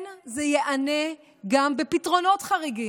כן, זה גם ייענה בפתרונות חריגים.